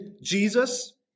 Jesus